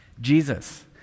Jesus